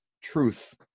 truth